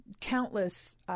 countless